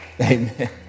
amen